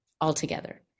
altogether